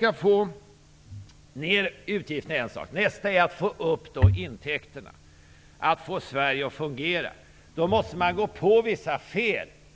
Att få ner utgifterna är en sak. En annan är att öka intäkterna, att få Sverige att fungera. Man måste gå på vissa fel.